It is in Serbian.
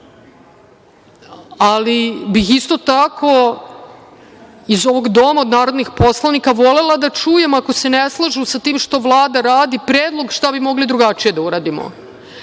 mislim. Isto tako bih iz ovog Doma od narodnih poslanika volela da čujem, ako se ne slažu sa tim što Vlada radi, predlog šta bi mogli drugačije da uradimo,